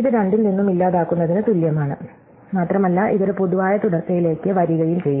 ഇത് രണ്ടിൽ നിന്നും ഇല്ലാതാക്കുന്നതിന് തുല്യമാണ് മാത്രമല്ല ഇത് ഒരു പൊതുവായ തുടർച്ചയിലേക്ക് വരികയും ചെയ്യും